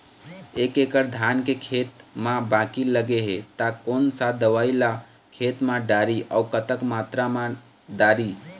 एक एकड़ धान के खेत मा बाकी लगे हे ता कोन सा दवई ला खेत मा डारी अऊ कतक मात्रा मा दारी?